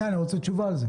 התשובה?